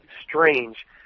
strange